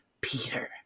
Peter